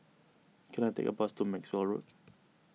can I take a bus to Maxwell Road